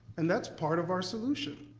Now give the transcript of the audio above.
and that's part of our solution.